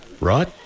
right